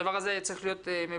הדבר הזה היה צריך להיות מבוצע.